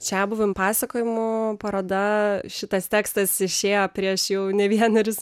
čiabuviam pasakojim paroda šitas tekstas išėjo prieš jau ne vienerius